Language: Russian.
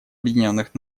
объединенных